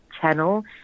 channel